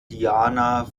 diana